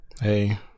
hey